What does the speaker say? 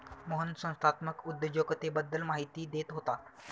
मोहन संस्थात्मक उद्योजकतेबद्दल माहिती देत होता